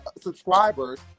subscribers